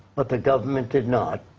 but the government did not.